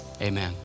amen